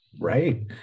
Right